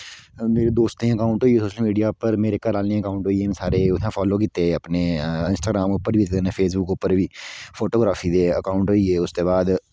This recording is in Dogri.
मेरे दोस्तें अकाऊंट होइये सोशल मीडिया उप्पर मेरे घरा आह्लें दे अकाऊंट होइये सारे उत्थै फॉलो कीते ते अपने इंस्टॉग्रैम उप्पर बी ते कन्नै फेसबुक उप्पर बी फोटो ग्राॅफी दे अकाऊंट होइये उसदे बाद